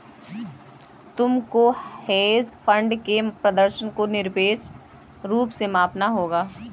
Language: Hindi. तुमको हेज फंड के प्रदर्शन को निरपेक्ष रूप से मापना होगा